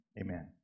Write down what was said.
amen